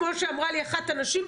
כמו שאמרה לי אחת הנשים,